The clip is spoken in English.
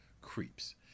creeps